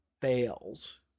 fails